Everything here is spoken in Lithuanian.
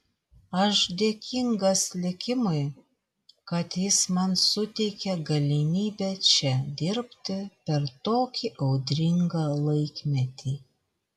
aš dėkingas likimui kad jis man suteikė galimybę čia dirbti per tokį audringą laikmetį